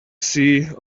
see